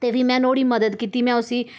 ते फ्ही में नुआढ़ी मदद कीती में उसी